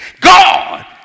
God